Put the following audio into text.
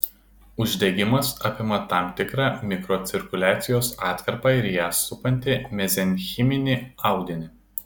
uždegimas apima tam tikrą mikrocirkuliacijos atkarpą ir ją supantį mezenchiminį audinį